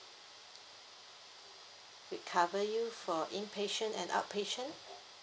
we cover you for inpatient and outpatient